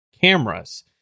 cameras